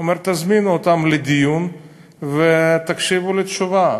הוא אומר: תזמינו אותם לדיון ותקשיבו לתשובה.